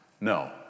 No